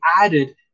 added